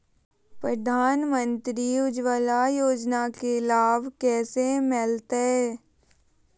प्रधानमंत्री उज्वला योजना के लाभ कैसे मैलतैय?